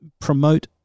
promote